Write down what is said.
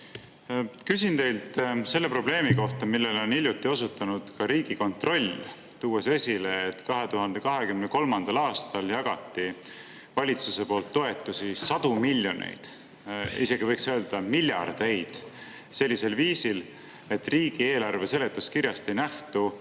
Küsin teilt selle probleemi kohta, millele on hiljuti osutanud ka Riigikontroll, tuues esile, et 2023. aastal jagati valitsuse poolt toetusi sadu miljoneid eurosid, isegi võiks öelda miljardeid, sellisel viisil, et riigieelarve seletuskirjast ei nähtu,